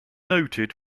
noted